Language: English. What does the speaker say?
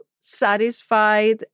satisfied